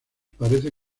parece